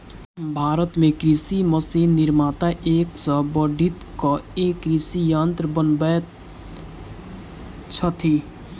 भारत मे कृषि मशीन निर्माता एक सॅ बढ़ि क एक कृषि यंत्र बनबैत छथि